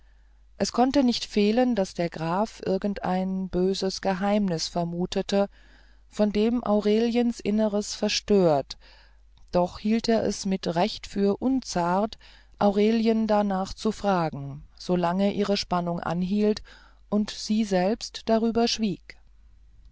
es konnte nicht fehlen daß der graf irgendein böses geheimnis vermutete von dem aureliens inneres verstört doch hielt er es mit recht für unzart aurelien darnach zu fragen solange ihre spannung anhielt und sie selbst darüber schwieg